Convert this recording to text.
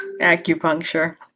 acupuncture